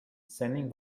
sending